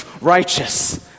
Righteous